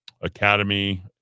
Academy